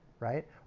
right